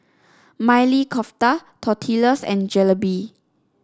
Maili Kofta Tortillas and Jalebi